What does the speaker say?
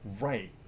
right